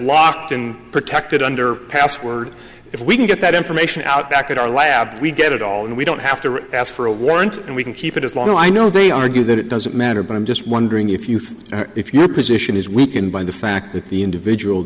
in protected under password if we can get that information out back in our lab we get it all and we don't have to ask for a warrant and we can keep it as long as i know they argue that it doesn't matter but i'm just wondering if you think if your position is weakened by fact that the individual